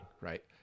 right